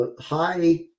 high